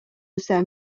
san